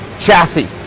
chassis.